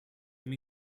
may